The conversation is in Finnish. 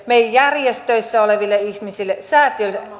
meidän järjestöissä olevia ihmisiä säätiöitä